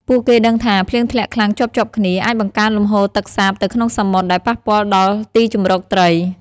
ពួកគេដឹងថា ភ្លៀងធ្លាក់ខ្លាំងជាប់ៗគ្នា អាចបង្កើនលំហូរទឹកសាបទៅក្នុងសមុទ្រ ដែលប៉ះពាល់ដល់ទីជម្រកត្រី។